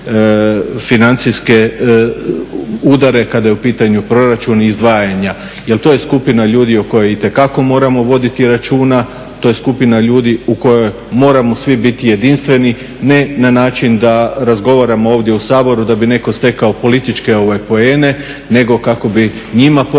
financijske udare kada je u pitanju proračun i izdvajanja jer to je skupina ljudi o kojoj itekako moramo voditi računa. To je skupina ljudi u kojoj moramo svi biti jedinstveni, ne na način da razgovaramo ovdje u Saboru da bi neko stekao političke poene nego kako bi njima pomogli da